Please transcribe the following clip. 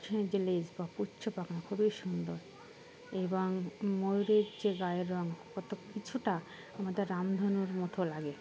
যে লেজ বা পুচ্ছ পাখা খুবই সুন্দর এবং ময়ূরের যে গায়ের রঙ কত কিছুটা আমাদের রামধনুর মতো লাগে